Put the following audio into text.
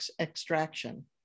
extraction